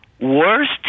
worst